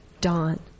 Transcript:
dawn